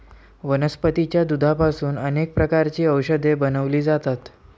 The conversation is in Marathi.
वनस्पतीच्या दुधापासून अनेक प्रकारची औषधे बनवली जातात